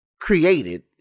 created